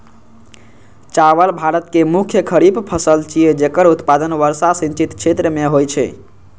चावल भारत के मुख्य खरीफ फसल छियै, जेकर उत्पादन वर्षा सिंचित क्षेत्र मे होइ छै